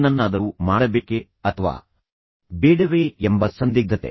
ಏನನ್ನಾದರೂ ಮಾಡಬೇಕೆ ಅಥವಾ ಬೇಡವೇ ಎಂಬ ಸಂದಿಗ್ಧತೆ